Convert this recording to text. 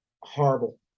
horrible